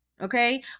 Okay